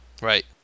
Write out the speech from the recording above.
Right